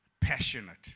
passionate